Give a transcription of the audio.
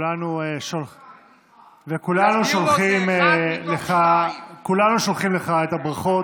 וכולנו שולחים לך את הברכות.